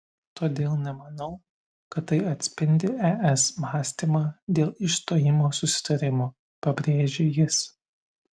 todėl nemanau kad tai atspindi es mąstymą dėl išstojimo susitarimo pabrėžė jis